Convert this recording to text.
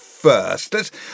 first